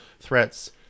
threats